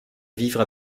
vivre